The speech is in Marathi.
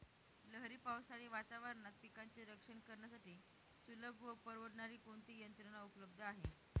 लहरी पावसाळी वातावरणात पिकांचे रक्षण करण्यासाठी सुलभ व परवडणारी कोणती यंत्रणा उपलब्ध आहे?